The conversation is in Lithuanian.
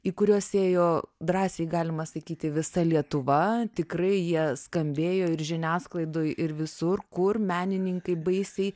į kuriuos ėjo drąsiai galima sakyti visa lietuva tikrai jie skambėjo ir žiniasklaidoj ir visur kur menininkai baisiai